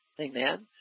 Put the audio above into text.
Amen